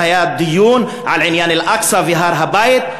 והיה דיון על עניין אל-אקצא והר-הבית,